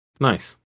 nice